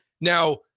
Now